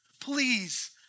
please